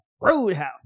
Roadhouse